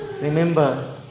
remember